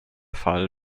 fall